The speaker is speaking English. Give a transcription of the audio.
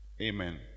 Amen